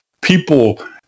people